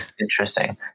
Interesting